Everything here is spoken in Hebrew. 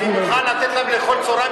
אני מוכן לתת להם לאכול צהריים,